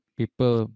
people